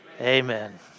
amen